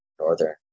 Northern